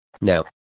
Now